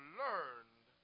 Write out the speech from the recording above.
learned